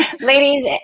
Ladies